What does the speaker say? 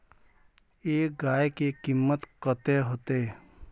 एक गाय के कीमत कते होते?